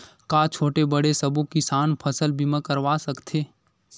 का छोटे बड़े सबो किसान फसल बीमा करवा सकथे?